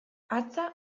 hatza